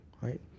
Right